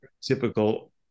typical